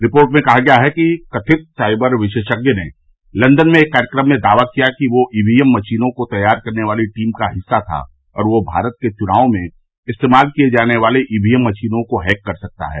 report में कहा गया है कि कथित साईबर विशेषज्ञ ने लंदन में एक कार्यक्रम में दावा किया कि वह ईवीएम मशीनों को तैयार करने वाली टीन का हिस्सा था और वह भारत में चुनावों में इस्तेमाल किये जाने वाले ईवीएम मशीनों को हैक कर सकता है